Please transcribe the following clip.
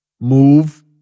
move